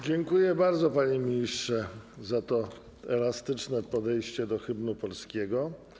Dziękuję bardzo, panie ministrze, za to elastyczne podejście do hymnu polskiego.